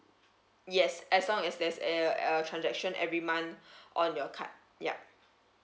yes as long as there's a uh transaction every month on your card yup